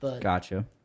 Gotcha